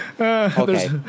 Okay